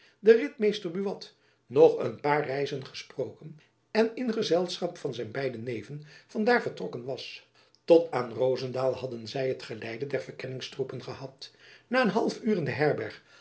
den ritmeester buat nog een paar reizen gesproken en in gezelschap van zijn beide neven van daar vertrokken was tot aan rozendaal hadden zy het geleide der verkenningstroepen gehad na een half uur in de herberg